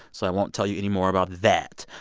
so i won't tell you any more about that.